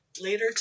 later